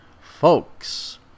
folks